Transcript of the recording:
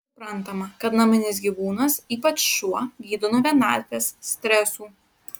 suprantama kad naminis gyvūnas ypač šuo gydo nuo vienatvės stresų